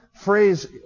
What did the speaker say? phrase